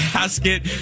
Basket